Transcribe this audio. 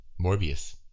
Morbius